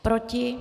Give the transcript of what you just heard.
Proti?